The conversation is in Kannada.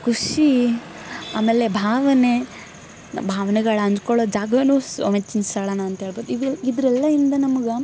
ಖುಷಿ ಆಮೇಲೆ ಭಾವನೆ ಭಾವನೆಗಳು ಹಂಚ್ಕೊಳ್ಳೊ ಜಾಗವೂ ಸ್ ಮೆಚ್ಚಿನ ಸ್ಥಳನ ಅಂತ ಹೇಳ್ಬೋದು ಇದು ಇದ್ರೆ ಎಲ್ಲಯಿಂದ ನಮ್ಗೆ